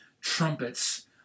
trumpets